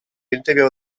interior